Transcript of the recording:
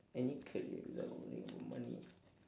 any career without worrying about money